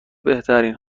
بهترین